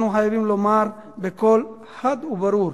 אנחנו חייבים לומר בקול חד וברור: